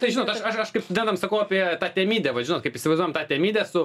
tai žinot aš aš aš kažkaip studentam sakau apie tą temidę vat žinot kaip įsivaizduojam tą temidę su